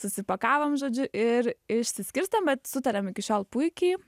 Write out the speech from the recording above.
susipakavom žodžiu ir išsiskirsto bet sutariam iki šiol puikiai